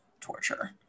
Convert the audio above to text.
torture